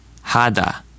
Hada